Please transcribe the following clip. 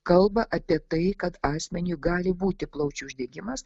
kalba apie tai kad asmeniui gali būti plaučių uždegimas